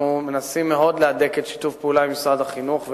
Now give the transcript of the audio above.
אנחנו מנסים מאוד להדק את שיתוף הפעולה עם משרד החינוך,